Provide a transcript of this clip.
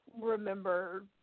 remember